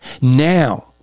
Now